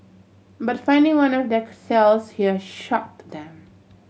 but finding one of their cells here shocked them